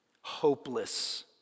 Hopeless